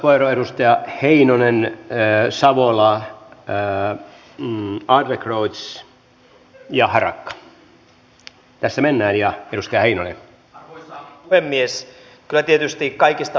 koska laki tulee voimaan nopeasti jo vuodenvaihteessa ja tilanne on monelle hyvin epäselvä kysyn